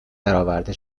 برآورده